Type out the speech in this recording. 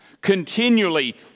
Continually